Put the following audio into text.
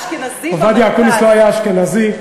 עובדיה אקוניס לא היה אשכנזי,